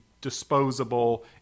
disposable